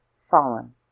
fallen